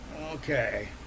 Okay